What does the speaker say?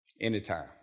Anytime